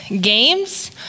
games